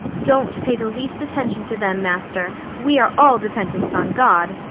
don't pay the least attention to them, master we are all dependents on god.